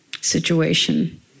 situation